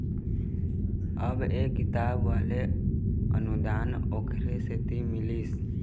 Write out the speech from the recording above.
अब ये किताब वाले अनुदान ओखरे सेती मिलिस